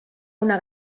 una